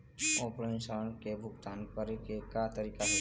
Offline ऋण के भुगतान करे के का तरीका हे?